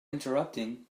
interrupting